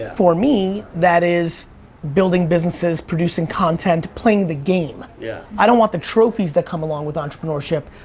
for me, that is building businesses, producing content, playing the game. yeah. i don't want the trophies that come along with entrepreneurship,